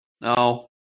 No